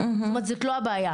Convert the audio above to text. זאת אומרת זו לא הבעיה.